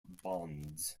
bonds